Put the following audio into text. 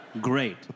Great